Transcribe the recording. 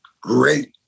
great